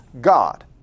God